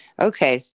Okay